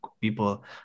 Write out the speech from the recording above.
people